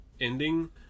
ending